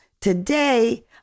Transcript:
Today